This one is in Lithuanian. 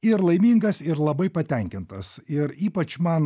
ir laimingas ir labai patenkintas ir ypač man